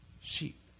sheep